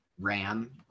Ram